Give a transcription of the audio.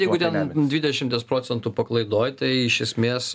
jeigu ten dvidešimties procentų paklaidoj tai iš esmės